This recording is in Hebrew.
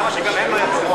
למה שגם הם לא יצהירו?